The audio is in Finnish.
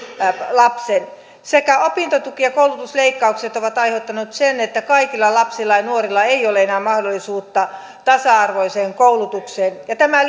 lapsen sekä opintotuki että koulutusleikkaukset ovat aiheuttaneet sen että kaikilla lapsilla ja nuorilla ei ole enää mahdollisuutta tasa arvoiseen koulutukseen ja tämä